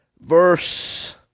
verse